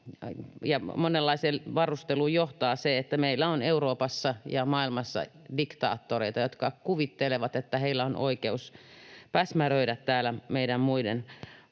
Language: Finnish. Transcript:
monenlaiseen varusteluun johtaa se, että meillä on Euroopassa ja maailmassa diktaattoreja, jotka kuvittelevat, että heillä on oikeus päsmäröidä täällä meidän muiden